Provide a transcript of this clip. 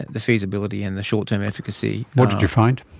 the feasibility and the short term efficacy. what did you find?